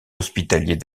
hospitalier